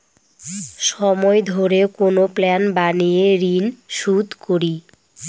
সময় ধরে কোনো প্ল্যান বানিয়ে ঋন শুধ করি